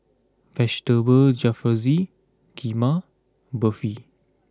Vegetable Jalfrezi Kheema Barfi